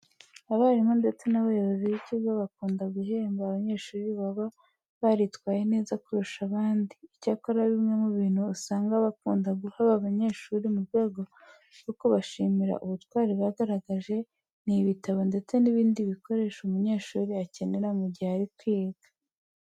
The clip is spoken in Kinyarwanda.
Abarimu ndetse n'abayobozi b'ikigo bakunda guhemba abanyeshuri baba baritwaye neza kurusha abandi. Icyakora bimwe mu bintu usanga bakunda guha aba banyeshuri mu rwego rwo kubashimira ubutwari bagaragaje, ni ibitabo ndetse n'ibindi bikoresho umunyeshuri akenera mu gihe ari kwiga.